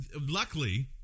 Luckily